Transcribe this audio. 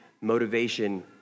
motivation